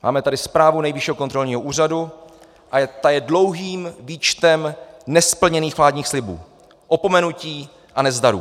Máme tady zprávu Nejvyššího kontrolního úřadu a ta je dlouhým výčtem nesplněných vládních slibů, opomenutí a nezdarů.